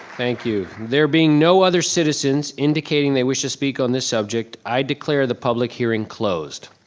thank you. there being no other citizens indicating they wish to speak on this subject, i declare the public hearing closed.